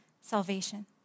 salvation